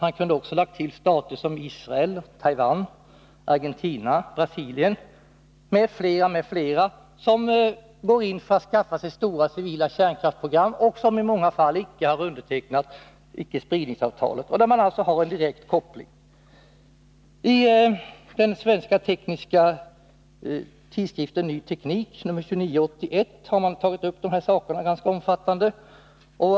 Han kunde också ha lagt till stater som Israel, Taiwan, Argentina, Brasilien m.fl. som går in för att skaffa sig stora civila kärnkraftsprogram och som i många fall inte har undertecknat ickespridningsavtalet. Där finns alltså en direkt koppling. I tidskriften Ny Teknik nr 29 år 1981 har man tagit upp dessa frågor.